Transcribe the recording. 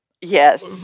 Yes